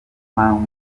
mpamvu